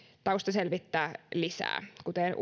taustaselvittää lisää kuten